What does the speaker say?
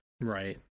right